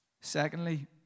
Secondly